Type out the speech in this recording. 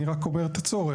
אני רק אומר את הצורך.